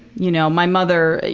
you know? my mother,